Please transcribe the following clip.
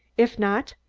if not,